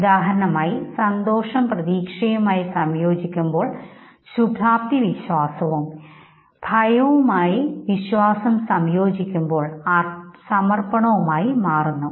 ഉദാഹരണത്തിനു സന്തോഷം പ്രതീക്ഷയുമായി സംയോജിക്കുമ്പോൾ ശുഭാപ്തിവിശ്വാസവും വിശ്വാസവും ഭയവുമായി സംയോജിക്കുമ്പോൾ സമർപ്പണവുമായി മാ റുന്നു